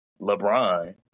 LeBron